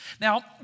Now